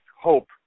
hope